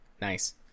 Nice